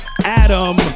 Adam